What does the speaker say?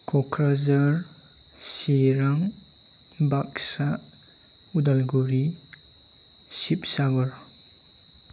Kokrajhar Chirang Baksa Udalguri Sibsagar